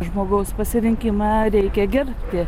žmogaus pasirinkimą reikia gerbti